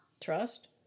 Trust